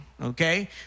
Okay